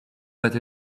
that